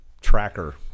tracker